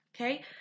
okay